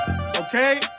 Okay